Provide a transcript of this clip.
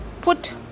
put